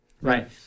Right